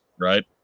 Right